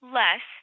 less